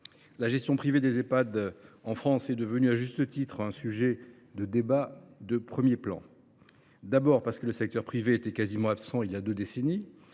La gestion privée des Ehpad en France est devenue à juste titre un sujet de débat de premier plan. Alors que le secteur privé était quasiment absent de ce